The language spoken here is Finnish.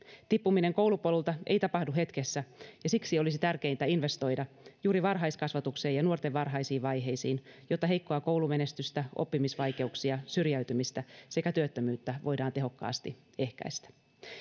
tippuminen koulupolulta ei tapahdu hetkessä ja siksi olisi tärkeintä investoida juuri varhaiskasvatukseen ja nuorten varhaisiin vaiheisiin jotta heikkoa koulumenestystä oppimisvaikeuksia syrjäytymistä sekä työttömyyttä voidaan tehokkaasti ehkäistä